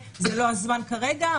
אבל זה לא הזמן כרגע.